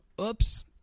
Oops